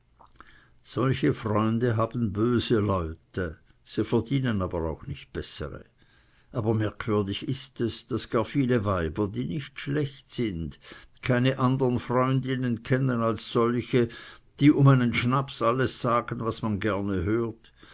solche freunde haben böse leute sie verdienen aber auch keine besseren aber merkwürdig ist es daß gar viele weiber die nicht schlecht sind keine anderen freundinnen kennen als solche die um einen schnaps alles sagen was man gerne hört